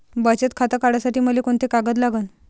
बचत खातं काढासाठी मले कोंते कागद लागन?